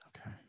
Okay